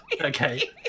Okay